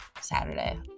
Saturday